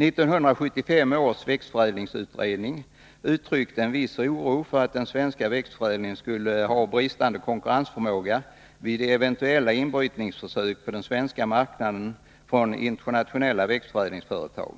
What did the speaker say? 1975 års växtförädlingsutredning uttryckte en viss oro för att den svenska växtförädlingen skulle ha bristande konkurrensförmåga vid eventuella inbrytningsförsök på den svenska marknaden från internationella växtförädlingsföretags